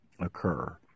occur